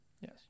Yes